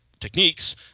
techniques